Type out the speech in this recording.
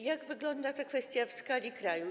Jak wygląda ta kwestia w skali kraju?